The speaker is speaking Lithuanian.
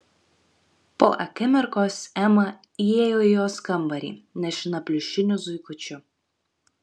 po akimirkos ema įėjo į jos kambarį nešina pliušiniu zuikučiu